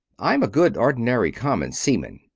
i'm a good, ordinary, common seaman.